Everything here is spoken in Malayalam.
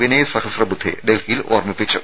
വിനയ് സഹസ്ര ബുദ്ധെ ഡൽഹിയിൽ ഓർമ്മിപ്പിച്ചു